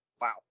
Wow